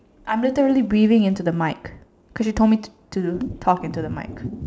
I am literally breathing into the mic cause you told me to to talk into the mic